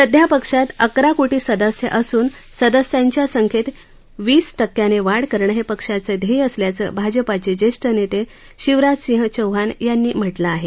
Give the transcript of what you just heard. सध्या पक्षात अकरा कोटी सदस्य असून सदस्यांच्या संख्येत वीस टक्क्यानं वाढ करणं हे पक्षाचं ध्येय असल्याचं भाजपाचे ज्येष्ठ नेते शिवराज सिंह चौहान यांनी म्हटलं आहे